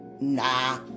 nah